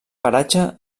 paratge